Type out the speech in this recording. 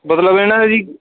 ਮਤਲਬ ਇਹਨਾਂ ਦਾ ਜੀ